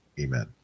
Amen